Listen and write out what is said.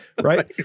Right